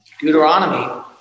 Deuteronomy